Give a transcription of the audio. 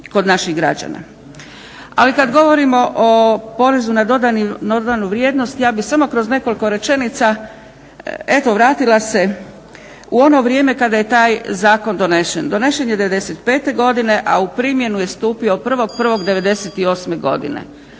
Ali kad govorimo o PDV-u ja bih samo kroz nekoliko rečenica eto vratila se u ono vrijeme kada je taj zakon donesen. Donesen je '95. godine, a u primjenu je stupio 1.1.1998. Prva